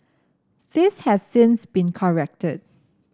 this has since been corrected